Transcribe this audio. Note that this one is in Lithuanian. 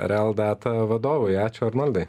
real data vadovui ačiū arnoldai